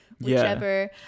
whichever